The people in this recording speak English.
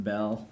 Bell